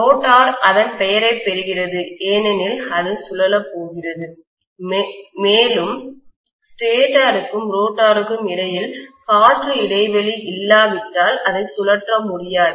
rotor அதன் பெயரைப் பெறுகிறது ஏனெனில் அது சுழலப் போகிறது மேலும் ஸ்டேட்டருக்கும் ரோட்டருக்கும் இடையில் காற்று இடைவெளி இல்லாவிட்டால் அதை சுழற்ற முடியாது